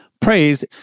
Praise